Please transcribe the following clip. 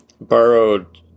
borrowed